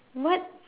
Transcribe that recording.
what